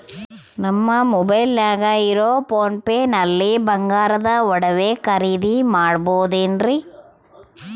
ನಮ್ಮ ಮೊಬೈಲಿನಾಗ ಇರುವ ಪೋನ್ ಪೇ ನಲ್ಲಿ ಬಂಗಾರದ ಒಡವೆ ಖರೇದಿ ಮಾಡಬಹುದೇನ್ರಿ?